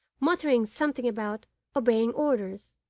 muttering something about obeying orders